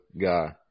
guy